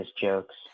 jokes